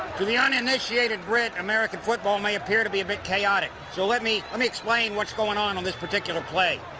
to the uninitiated brit, american football may appear to be a bit chaotic so let me i mean explain what's going on in this particular play.